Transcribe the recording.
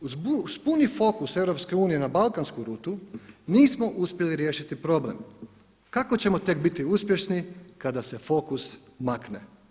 Uz puni fokus EU na balkansku rutu nismo uspjeli riješiti problem kako ćemo tek biti uspješni kada se fokus makne.